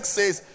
says